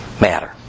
matter